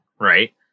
right